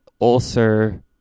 ulcer